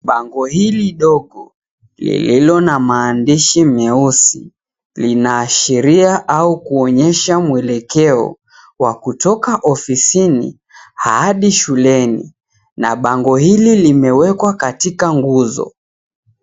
Bango hili dogo, lililo na maandishi meusi, linaashiria au kuonyesha mwelekeo wa kutoka ofisini hadi shuleni na ba𝑛go hili limewekwa katika nguzo.